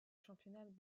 championnat